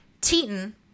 Teton